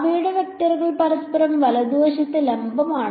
അവയുടെ വെക്ടറുകൾ പരസ്പരം വലതുവശത്ത് ലംബമാണ്